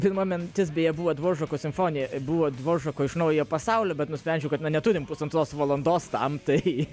pirma mintis beje buvo dvoržako simfonija buvo dvoržako iš naujojo pasaulio bet nusprendžiau kad turim pusantros valandos tam tai